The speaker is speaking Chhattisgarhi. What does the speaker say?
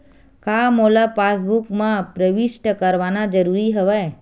का मोला पासबुक म प्रविष्ट करवाना ज़रूरी हवय?